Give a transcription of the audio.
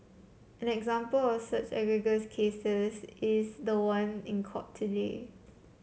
an example of such egregious cases is the one in court today